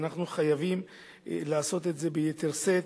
ואנחנו חייבים לעשות את זה ביתר שאת,